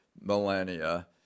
millennia